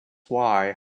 why